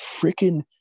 freaking